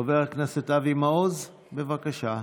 חבר הכנסת אבי מעוז, בבקשה.